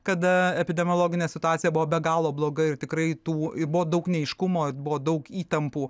kada epidemiologinė situacija buvo be galo bloga ir tikrai tų ir buvo daug neaiškumo buvo daug įtampų